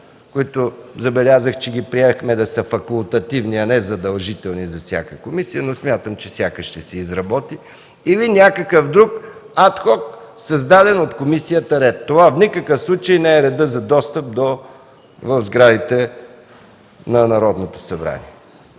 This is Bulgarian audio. които забелязах, че ги приехме да са факултативни, а не задължителни за всяка комисия, но смятам, че всяка ще си изработи, или някакъв друг ад хок, създаден от комисията, ред. Това в никакъв случай не е редът за достъп до сградите на Народното събрание.